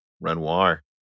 Renoir